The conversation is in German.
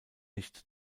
nicht